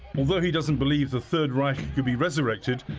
although he doesn't believe the third reich could be resurrected,